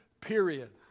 period